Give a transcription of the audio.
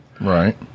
right